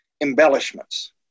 embellishments